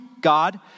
God